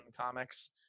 Comics